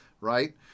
right